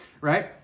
right